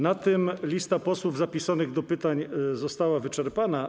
Na tym lista posłów zapisanych do pytań została wyczerpana.